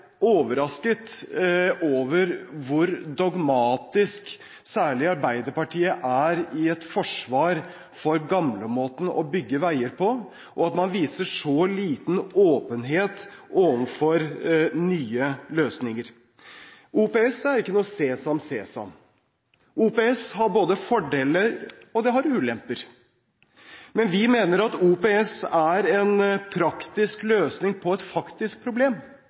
overrasket over hvor dogmatisk særlig Arbeiderpartiet er i et forsvar for gamlemåten å bygge veier på, og at man viser så liten åpenhet overfor nye løsninger. OPS er ikke noe sesam, sesam. OPS har både fordeler og ulemper. Men vi mener OPS er en praktisk løsning på et faktisk problem.